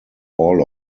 all